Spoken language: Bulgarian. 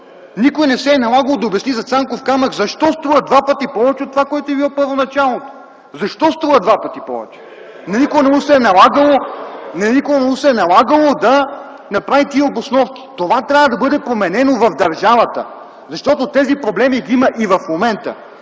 никой не се е налагало да обясни за „Цанков камък” защо струва два пъти повече от това, което е било първоначално. Защо струва два пъти повече? На никой не му се е налагало да направи тия обосновки. Това трябва да бъде променено в държавата, защото тези проблеми ги има и в момента.